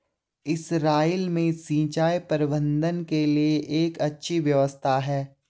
Israel में सिंचाई प्रबंधन के लिए एक अच्छी व्यवस्था है